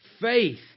faith